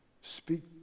speak